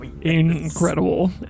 Incredible